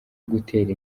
gutera